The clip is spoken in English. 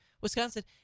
Wisconsin